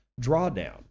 drawdown